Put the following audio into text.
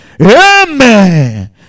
Amen